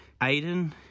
Aiden